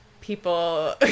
people